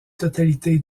totalité